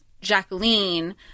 Jacqueline